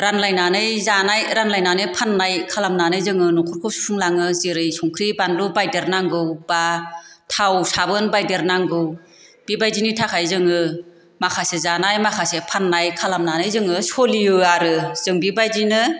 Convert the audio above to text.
रानलायनानै जानाय रानलायनानै फान्नाय खालामनानै जोङो नखरखौ सुफुंलाङो जेरै संख्रि बानलु बायदेरनांगौ बा थाव साबोन बायदेर नांगौ बे बायदिनि थाखाय जोङो माखासे जानाय माखासे फान्नाय खालामनानै जोङो सलियो आरो जों बेबायदिनो